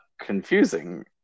confusing